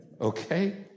Okay